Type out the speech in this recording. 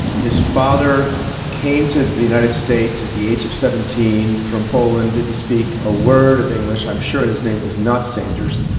his father came to the united states at the age of seventeen from poland, didn't speak a word of english. i'm sure his name was not sanders.